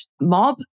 Mob